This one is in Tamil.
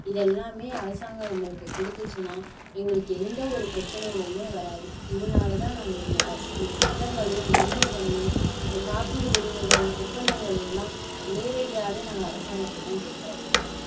இது எல்லாமே அரசாங்கம் நம்மளுக்கு கொடுத்துச்சினா எங்களுக்கு எந்தவொரு பிரச்சனைகளுமே வராது இதனால தான் நாங்கள் இந்த வர்ஸ் இந்த சட்டங்களையும் இந்த உரிமைகளையும் இந்த காப்பீடு உரிமைகள் ஒப்பந்தங்களையுலாம் நேரடியாகவே நாங்கள் அரசாங்கத்திடம் கேட்கறோம்